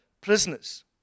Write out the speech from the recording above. prisoners